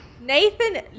nathan